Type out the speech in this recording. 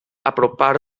apropar